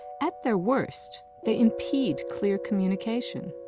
at their worst, they impede clear communication.